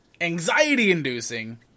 anxiety-inducing